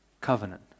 covenant